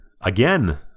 Again